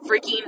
freaking